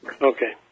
Okay